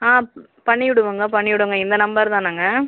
ஆ பண்ணிவிடுவோங்க பண்ணிவிடுவோங்க இந்த நம்பர் தானேங்க